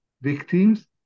victims